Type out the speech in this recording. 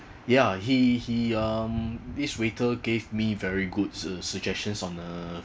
ya he he um this waiter gave me very good su~ suggestions on uh